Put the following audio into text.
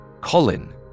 Colin